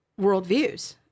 worldviews